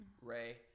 Ray